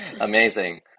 amazing